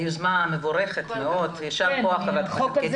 היוזמה מבורכת מאוד, יישר כח קטי שטרית.